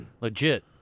legit